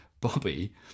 Bobby